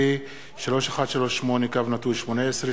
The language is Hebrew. פ/3138/18,